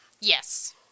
Yes